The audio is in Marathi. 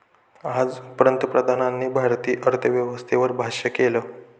आज पंतप्रधानांनी भारतीय अर्थव्यवस्थेवर भाष्य केलं